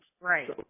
right